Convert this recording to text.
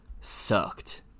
sucked